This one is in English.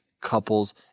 couples